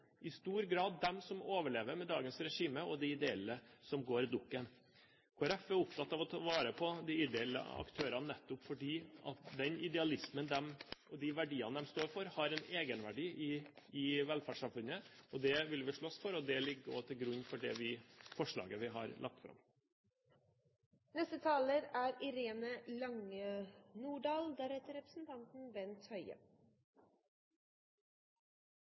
i stor grad de som overlever med dagens regime, og de ideelle som går dukken. Kristelig Folkeparti er opptatt av å ta vare på de ideelle aktørene, nettopp fordi den idealismen og de verdiene de står for, har en egenverdi i velferdssamfunnet. Det vil vi slåss for, og det ligger også til grunn for det forslaget vi har lagt fram.